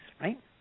right